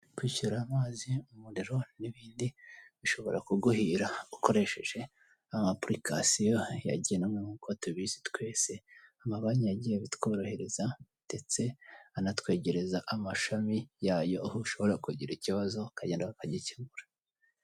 Kwishyura amazi, umuriro n'ibindi bishobora kuguhira ukoresheje ama apurikasiyo yagenwe nkuko tubizi twese ama banki yagiye abitworohereza ndetse anatwegereza amashami yayo aho ushobora kugira ikibazo ukagenda ukagikemura.